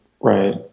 Right